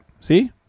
See